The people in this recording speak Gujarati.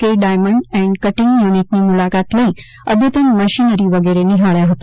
કે ડાયમન્ડ એન્ડ કટીંગ યુનિટની મૂલાકાત લઇ અઘતન મશીનરી વગેરે નિહાળ્યા હતા